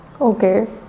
Okay